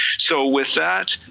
so with that